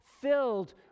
filled